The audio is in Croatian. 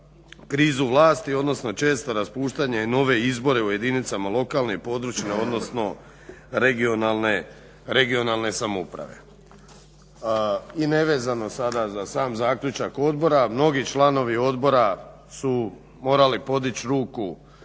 krizu vlasti odnosno često raspuštanje i nove izbore u jedinicama lokalne i područne (regionalna) samouprave. I nevezano sada za sam zaključak odbora, mnogi članovi odbora su morali podići ruku